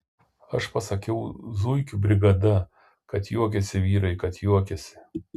aš pasakiau zuikių brigada kad juokėsi vyrai kad juokėsi